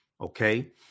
Okay